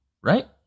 right